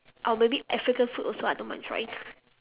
or maybe african food also I don't mind trying